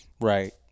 right